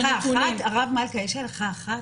הרב מלכא, יש הלכה אחת?